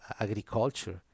agriculture